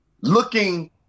looking